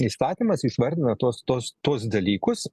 įstatymas išvardina tuos tuos tuos dalykus